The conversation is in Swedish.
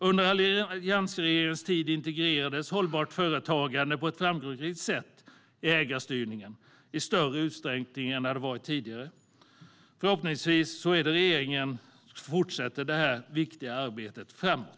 Under alliansregeringens tid integrerades hållbart företagande på ett framgångsrikt sätt i ägarstyrningen i större utsträckning än tidigare. Förhoppningsvis fortsätter regeringen detta viktiga arbete framöver.